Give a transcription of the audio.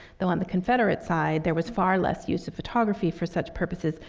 though on the confederate side there was far less use of photography for such purposes,